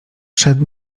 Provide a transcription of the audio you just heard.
przed